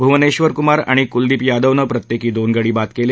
भुवनेश्वर कुमार आणि कुलदीप यादवनं प्रत्येकी दोन गडी बाद केले